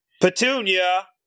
Petunia